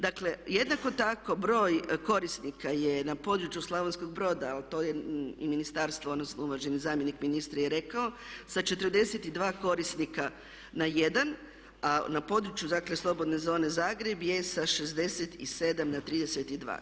Dakle, jednako tako broj korisnika je na području Slavonskog Broda, a to je ministarstvo, odnosno uvaženi zamjenik ministra i rekao, sa 42 korisnika na 1, a na području, dakle slobodne zone Zagreb je sa 67 na 32.